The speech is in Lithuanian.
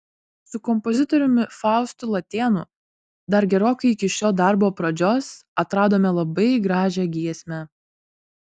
su kompozitoriumi faustu latėnu dar gerokai iki šio darbo pradžios atradome labai gražią giesmę